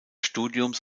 studiums